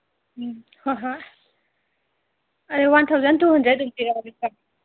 ꯎꯝ ꯍꯣꯏ ꯍꯣꯏ ꯑꯩ ꯋꯥꯟ ꯊꯥꯎꯖꯟ ꯇꯨ ꯍꯟꯗ꯭ꯔꯦꯠ ꯑꯣꯏꯅ ꯄꯤꯔꯛꯑꯒꯦꯀꯣ